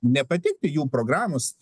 nepatikti jų programos